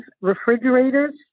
refrigerators